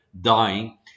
dying